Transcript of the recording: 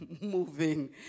moving